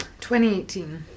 2018